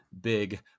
big